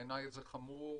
בעיניי, זה חמור.